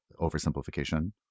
oversimplification